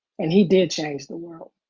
and he did change the world.